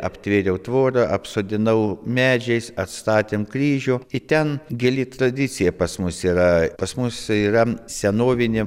aptvėriau tvorą apsodinau medžiais atstatėm kryžių į ten gili tradicija pas mus yra pas mus yra senovinė